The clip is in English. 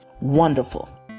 Wonderful